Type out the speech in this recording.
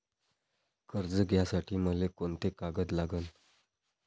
कर्ज घ्यासाठी मले कोंते कागद लागन?